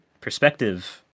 perspective